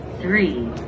three